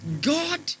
God